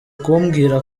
kumbwira